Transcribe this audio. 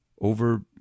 over